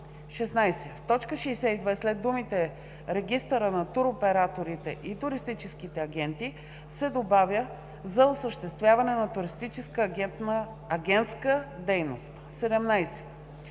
16. В т. 62 след думите „регистъра на туроператорите и туристическите агенти“ се добавя „за осъществяване на туристическа агентска дейност“. 17.